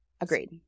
Agreed